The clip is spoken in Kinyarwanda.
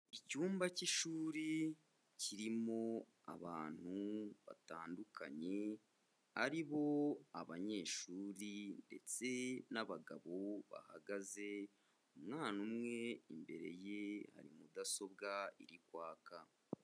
Icyumba cy'ishuri kirimo abantu batandukanye ari bo abanyeshuri ndetse n'abagabo bahagaze, umwana umwe imbere ye hari mudasobwa iri kwaka.